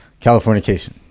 californication